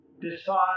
decide